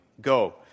Go